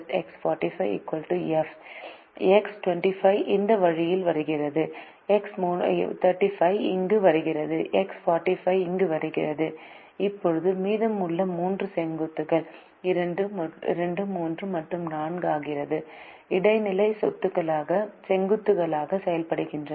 X 25 இந்த வழியில் வருகிறது எக்ஸ் 35 இங்கு வருகிறது எக்ஸ் 45 இங்கு வருகிறது இப்போது மீதமுள்ள மூன்று செங்குத்துகள் 2 3 மற்றும் 4 ஆகியவை இடைநிலை செங்குத்துகளாக செயல்படுகின்றன